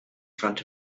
front